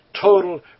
total